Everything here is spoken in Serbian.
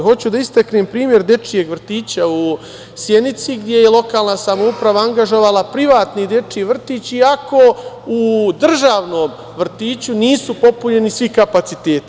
Hoću da istaknem primer dečijeg vrtića u Sjenici, gde je lokalna samouprava angažovala privatni dečiji vrtić, iako u državnom vrtiću nisu popunjeni svi kapaciteti.